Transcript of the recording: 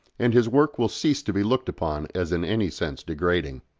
and his work will cease to be looked upon as in any sense degrading.